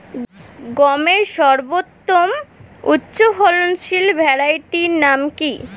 গমের সর্বোত্তম উচ্চফলনশীল ভ্যারাইটি নাম কি?